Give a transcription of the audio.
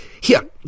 Here